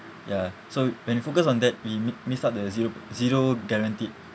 ya so when you focus on that we mi~ miss out the zero zero guaranteed